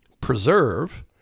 Preserve